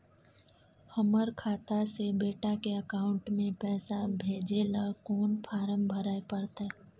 हमर खाता से बेटा के अकाउंट में पैसा भेजै ल कोन फारम भरै परतै?